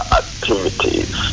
activities